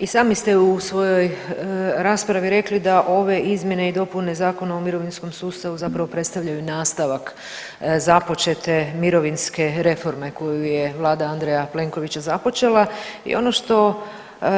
I sami ste u svojoj raspravi rekli da ove izmjene i dopune Zakona o mirovinskom sustavu zapravo predstavljaju i nastavak započete mirovinske reforme koju je Vlada Andreja Plenkovića započela i ono što